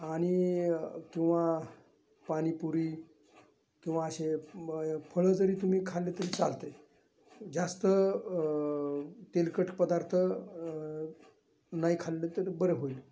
आणि किंवा पाणीपुरी किंवा अशी फळं जरी तुम्ही खाल्ले तरी चालतं आहे जास्त तेलकट पदार्थ नाही खाल्लं तरी बरं होईल